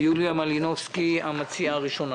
יוליה מרינובסקי המציעה הראשונה.